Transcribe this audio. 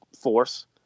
force